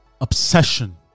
Obsession